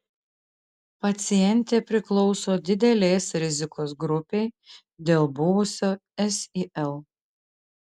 pacientė priklauso didelės rizikos grupei dėl buvusio sil